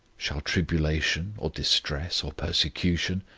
shall tribulation, or distress, or persecution,